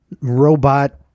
robot